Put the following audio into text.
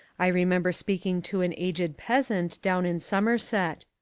i remember speaking to an aged peasant down in somerset.